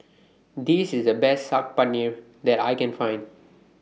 This IS The Best Saag Paneer that I Can Find